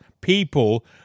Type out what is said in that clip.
people